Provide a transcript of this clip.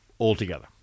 altogether